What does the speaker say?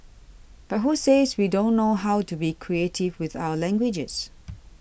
but who says we don't know how to be creative with our languages